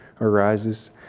arises